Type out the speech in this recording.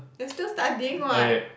you're still studying what